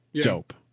Dope